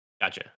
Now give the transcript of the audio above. Gotcha